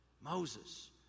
Moses